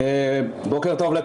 בוקר טוב.